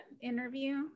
interview